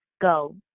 go